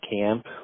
camp